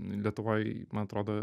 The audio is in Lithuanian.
lietuvoj man atrodo